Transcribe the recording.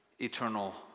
eternal